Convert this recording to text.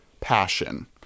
Passion